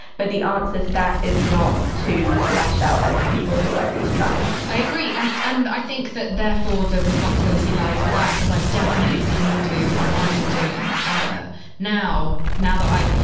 but the answer to that is not to lash out at the people who are at least trying i agree. and and i think that therefore, the responsibility lies with us, as i've definitely seen you do and i'm doing ah now. now that i.